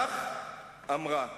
כך היא אמרה.